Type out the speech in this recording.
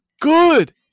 good